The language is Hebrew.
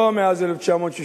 לא מאז 1967,